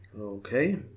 Okay